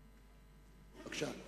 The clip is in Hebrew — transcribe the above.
בבקשה.